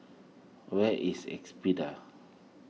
where is Espada